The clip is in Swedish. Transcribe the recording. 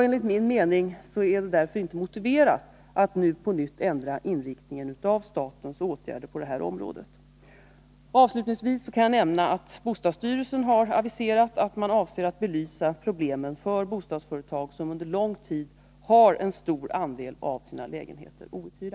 Enligt min mening är det därför inte motiverat att nu på nytt ändra inriktningen av statens åtgärder på detta retag på grund av outhyrda lägenheter finns dessutom en sä Avslutningsvis kan jag nämna att bostadsstyrelsen har aviserat att man avser att belysa problemen för bostadsföretag som under lång tid har en stor andel av sina lägenheter outhyrda.